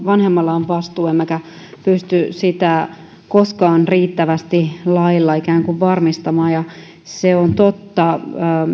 vanhemmalla on vastuu emmekä pysty sitä koskaan riittävästi lailla ikään kuin varmistamaan ja se on totta